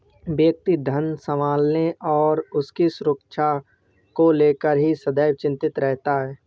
व्यक्ति धन संभालने और उसकी सुरक्षा को लेकर ही सदैव चिंतित रहता है